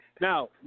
now